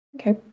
Okay